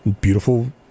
beautiful